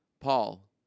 Paul